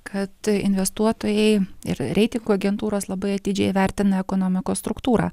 kad investuotojai ir reitingų agentūros labai atidžiai vertina ekonomikos struktūrą